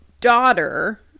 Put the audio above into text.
daughter